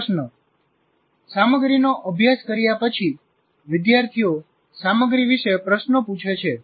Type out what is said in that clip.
પ્રશ્ન સામગ્રીનો અભ્યાસ કર્યા પછી વિદ્યાર્થીઓ સામગ્રી વિશે પ્રશ્નો પૂછે છે